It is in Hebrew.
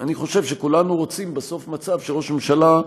אני חושב שכולנו רוצים בסוף מצב שראש ממשלה,